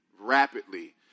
rapidly